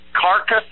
carcass